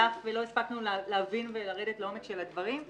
הספקנו להבין ולרדת לעומק של הדברים,